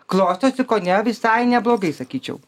klostosi kone visai neblogai sakyčiau